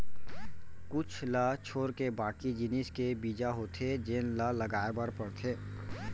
कुछ ल छोरके बाकी जिनिस के बीजा होथे जेन ल लगाए बर परथे